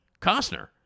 Costner